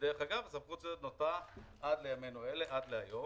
דרך אגב, סמכות זו נותרה עד לימינו אלה, עד היום.